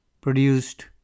produced